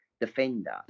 defender